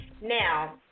now